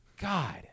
God